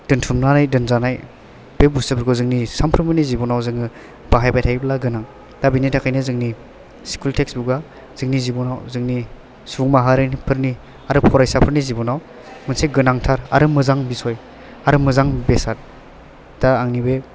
दोन्थुमनानै दोनजानाय बे बुस्थुफोरखौ जोंनि सानफ्रोमबोनि जिब'नाव जोङो बाहायबाय थायोब्ला गोनां दा बेनि थाखायनो जोंनि स्कुल टेक्सटबुक आ जोंनि जिब'नाव जोंनि सुबुं माहारिफोरनि आरो फरायसाफोरनि जिब'नाव मोनसे गोनांथार आरो मोजां बिसय आरो मोजां बेसाद दा आंनि बे